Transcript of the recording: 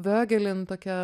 vioegelin tokia